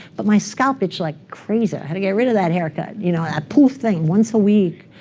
but my scalp itched like crazy. had to get rid of that haircut, you know. that poof thing once a week.